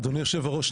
אדוני היושב ראש,